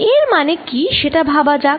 এর মানে কি সেটা ভাবা যাক